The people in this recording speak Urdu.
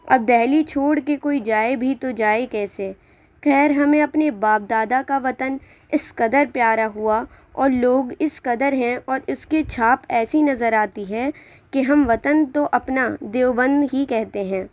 اب دہلی چھوڑ کے کوئی جائے بھی تو جائے کیسے خیر ہمیں اپنے باپ دادا کا وطن اِس قدر پیارا ہُوا اور لوگ اِس قدر ہیں اور اِس کی چھاپ ایسی نظر آتی ہے کہ ہم وطن تو اپنا دیوبند ہی کہتے ہیں